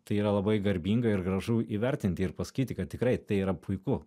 tai yra labai garbinga ir gražu įvertinti ir pasakyti kad tikrai tai yra puiku